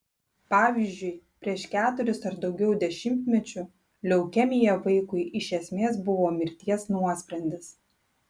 pavyzdžiui prieš keturis ar daugiau dešimtmečių leukemija vaikui iš esmės buvo mirties nuosprendis